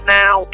now